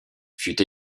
fut